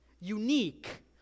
unique